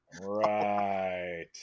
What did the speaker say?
Right